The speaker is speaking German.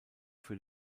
für